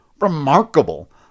remarkable